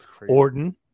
Orton